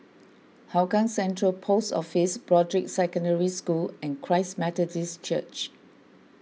Hougang Central Post Office Broadrick Secondary School and Christ Methodist Church